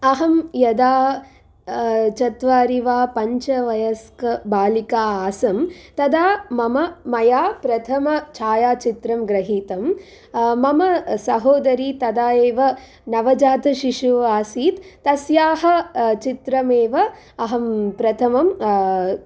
अहं यदा चत्वारि वा पञ्चवयस्क बालिका आसम् तदा मम मया प्रथम छायाचित्रं गृहीतम् मम सहोदरी तदा एव नवजातशिशु आसीत् तस्याः चित्रमेव अहं प्रथमं